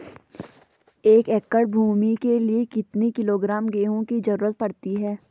एक एकड़ भूमि के लिए कितने किलोग्राम गेहूँ की जरूरत पड़ती है?